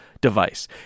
device